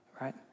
right